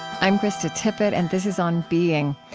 i'm krista tippett, and this is on being.